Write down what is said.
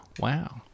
Wow